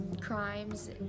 crimes